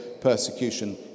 persecution